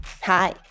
Hi